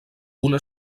una